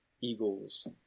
Eagles